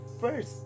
first